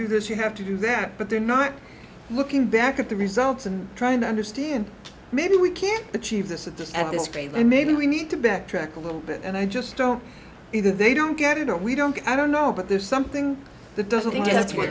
do this you have to do that but they're not looking back at the results and trying to understand maybe we can achieve this at this at this rate and maybe we need to backtrack a little bit and i just don't either they don't get it or we don't i don't know but there's something that doesn't